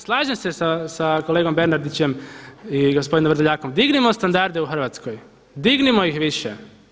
Slažem se sa kolegom Bernardićem i gospodinom Vrdoljakom, dignimo standarde u Hrvatskoj, dignimo ih više.